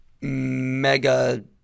mega